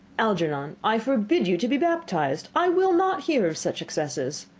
algernon, i forbid you to be baptized. i will not hear of such excesses.